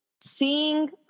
seeing